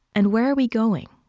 and where are we going?